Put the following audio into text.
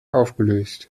aufgelöst